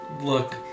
look